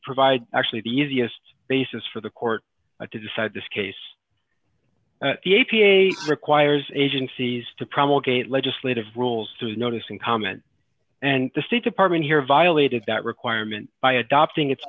provide actually the easiest basis for the court to decide this case the a p a requires agencies to promulgate legislative rules to notice and comment and the state department here violated that requirement by adopting its